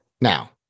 Now